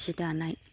सि दानाय